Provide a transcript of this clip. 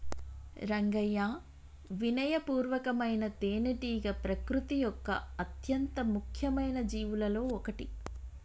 రంగయ్యా వినయ పూర్వకమైన తేనెటీగ ప్రకృతి యొక్క అత్యంత ముఖ్యమైన జీవులలో ఒకటి